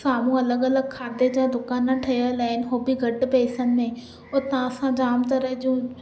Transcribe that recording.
साम्हू अलगि अलगि खाधे जा दुकानु ठहियल आहिनि हो बि घटि पैसनि में हुता असां जाम तरह जूं